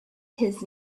his